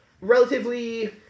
relatively